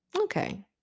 okay